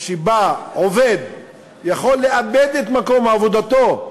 שבה עובד יכול לאבד את מקום עבודתו,